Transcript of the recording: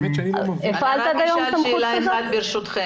עד היום הפעלת סמכות כזאת?